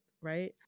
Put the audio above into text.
right